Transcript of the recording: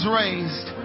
raised